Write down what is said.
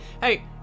Hey